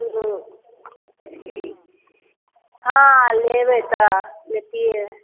ओ हँ लेबै तऽ लेतिए